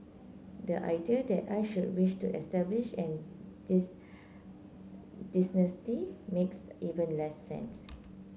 the idea that I should wish to establish a makes even less sense